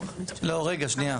לא, רגע, שנייה.